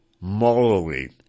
morally